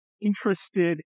interested